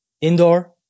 indoor